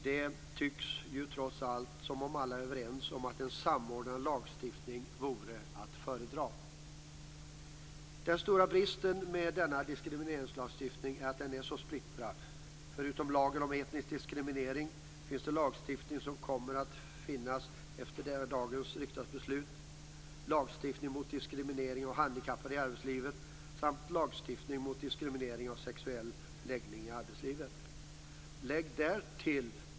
Det tycks ju trots allt som om alla är överens om att en samordnad lagstiftning vore att föredra. Den stora bristen med denna diskrimineringslagstiftning är att den är så splittrad. Förutom lagen om etnisk diskriminering finns det lagstiftning, eller kommer att finnas efter dagens riksdagsbeslut, mot diskriminering av handikappade i arbetslivet samt lagstiftning mot diskriminering i arbetslivet på grund av sexuell läggning.